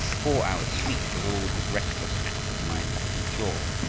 four hours' sleep was all his restless, active mind could endure,